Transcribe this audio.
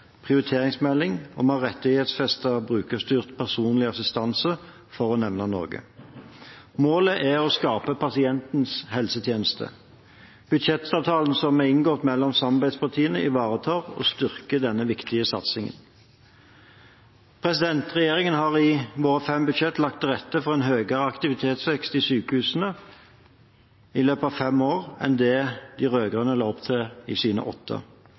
prioriteringsmelding, og vi har rettighetsfestet brukerstyrt personlig assistanse – for å nevne noe. Målet er å skape pasientens helsetjeneste. Budsjettavtalen som er inngått mellom samarbeidspartiene, ivaretar og styrker denne viktige satsingen. Regjeringen har i løpet av fem år og fem budsjetter lagt til rette for en høyere aktivitetsvekst i sykehusene enn det de rød-grønne la opp til i sine åtte